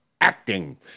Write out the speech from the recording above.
Acting